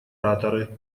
ораторы